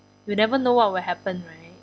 you never know what will happen right